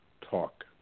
talk